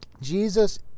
Jesus